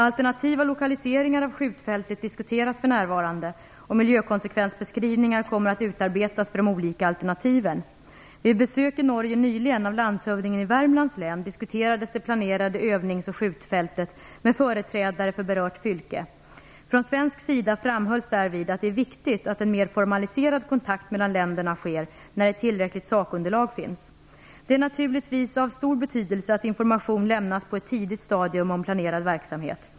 Alternativa lokaliseringar av skjutfältet diskuteras för närvarande, och miljökonsekvensbeskrivningar kommer att utarbetas för de olika alternativen. Vid besök i Norge nyligen av landshövdingen i Värmlands län diskuterades det planerade övnings och skjutfältet med företrädare för berört fylke. Från svensk sida framhölls därvid att det är viktigt att en mer formaliserad kontakt mellan länderna sker när ett tillräckligt sakunderlag finns. Det är naturligtvis av stor betydelse att information lämnas på ett tidigt stadium om planerad verksamhet.